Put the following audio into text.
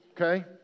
okay